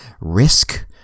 risk